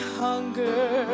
hunger